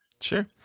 Sure